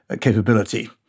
capability